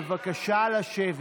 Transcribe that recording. בבקשה לשבת.